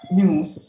news